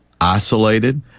isolated